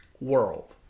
world